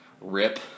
Rip